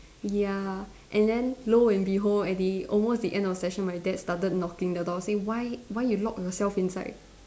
ya and then lo and behold at the almost at the end of session my dad started knocking the door say why why you locked yourself inside